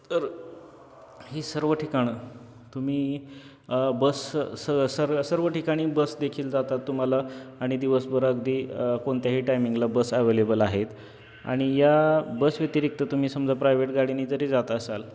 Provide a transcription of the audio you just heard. तर ही सर्व ठिकाणं तुम्ही बस स सर् सर्व ठिकाणी बस देखील जातात तुम्हाला आणि दिवसभर अगदी कोणत्याही टायमिंगला बस अवेलेबल आहेत आणि या बस व्यतिरिक्त तुम्ही समजा प्रायव्हेट गाडीने जरी जाता असाल